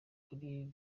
kuri